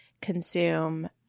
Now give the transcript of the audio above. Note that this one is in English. consume